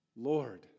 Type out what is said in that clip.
Lord